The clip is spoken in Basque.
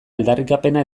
aldarrikapena